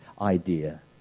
idea